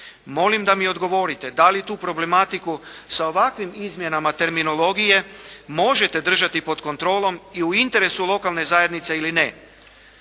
Molim da mi odgovorite da li tu problematiku sa ovakvim izmjenama terminologije možete držati pod kontrolom i u interesu lokalne zajednice ili ne.